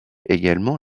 également